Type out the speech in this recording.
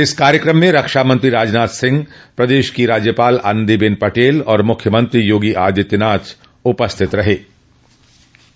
इस कार्यक्रम में रक्षामंत्री राजनाथ सिंह प्रदेश की राज्यपाल आनंदीबेन पटेल और मुख्यमंत्री योगी आदित्यनाथ भी उपस्थित रहं